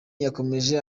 yakomeje